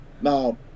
Now